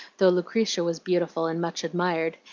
though lucretia was beautiful and much admired,